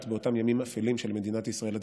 באותם ימים אפלים של מדינת ישראל הדמוקרטית.